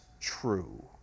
true